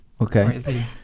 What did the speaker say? Okay